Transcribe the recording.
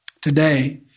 Today